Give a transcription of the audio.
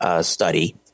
study